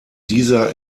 dieser